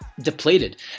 depleted